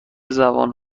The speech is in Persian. زبان